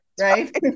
right